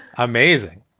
amazing.